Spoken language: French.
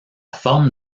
forme